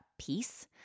peace